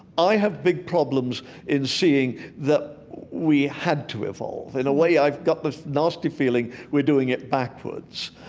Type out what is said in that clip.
i have big problems in seeing that we had to evolve. in a way i've got the nasty feeling we're doing it backwards.